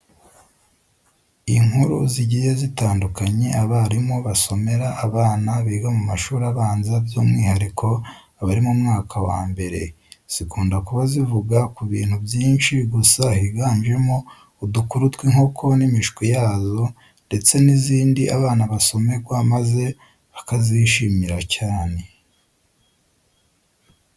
Inkuru zigiye zitandukanye abarimu basomera abana biga mu mashuri abanza by'umwihariko abari mu mwaka wa mbere, zikunda kuba zivuga ku bintu byinshi gusa higanjemo udukuru tw'inkoko n'imishwi yazo ndetse n'izindi abana basomerwa maze bakazishimira cyane.